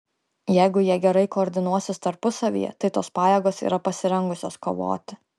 jeigu jie gerai koordinuosis tarpusavyje tai tos pajėgos yra pasirengusios kovoti